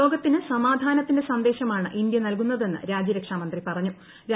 ലോകത്തിന് സമാധാനത്തിന്റെ സന്ദേശമാണ് ഇന്ത്യ നൽകുന്നതെന്ന് രാജ്യരക്ഷാമന്ത്രി രാജ്നാഥ്സിംഗ്